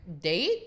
date